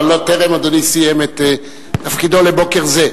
אבל אדוני טרם סיים את תפקידו לבוקר זה.